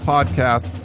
Podcast